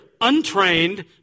untrained